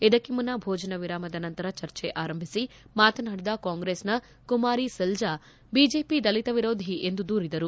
ಇದಕ್ಕೆ ಮುನ್ನ ಭೋಜನ ವಿರಾಮದ ನಂತರ ಚರ್ಚೆ ಆರಂಭಿಸಿ ಮಾತನಾಡಿದ ಕಾಂಗ್ರೆಸ್ನ ಕುಮಾರಿ ಸೆಲ್ಟಾ ಬಿಜೆಪಿ ದಲಿತ ವಿರೋಧಿ ಎಂದು ದೂರಿದರು